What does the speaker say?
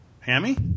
Hammy